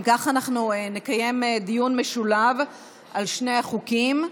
אם כך, אנחנו נקיים דיון משולב על שני החוקים.